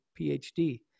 PhD